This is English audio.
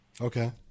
Okay